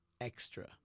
extra